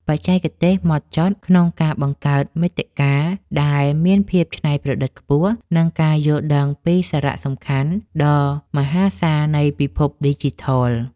បច្ចេកទេសដ៏ម៉ត់ចត់ក្នុងការបង្កើតមាតិកាដែលមានភាពច្នៃប្រឌិតខ្ពស់ និងការយល់ដឹងពីសារៈសំខាន់ដ៏មហាសាលនៃពិភពឌីជីថល។